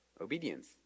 Obedience